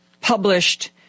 published